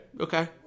Okay